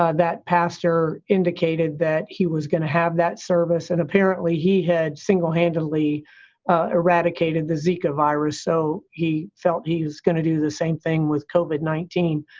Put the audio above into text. ah that pastor indicated that he was going to have that service. and apparently he had single handedly eradicated the zika virus. so he felt he was going to do the same thing with kobe at nineteen.